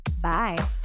Bye